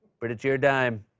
but it's your dime.